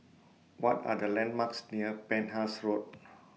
What Are The landmarks near Penhas Road